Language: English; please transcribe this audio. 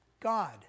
God